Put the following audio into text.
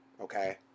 Okay